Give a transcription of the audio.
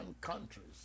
countries